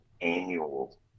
annual